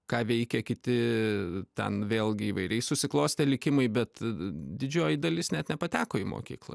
ką veikia kiti ten vėlgi įvairiai susiklostė likimai bet didžioji dalis net nepateko į mokyklą